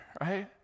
right